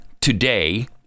Today